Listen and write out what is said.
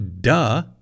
duh